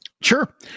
Sure